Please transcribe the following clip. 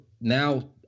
now